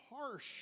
harsh